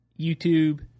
YouTube